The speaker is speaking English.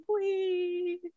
please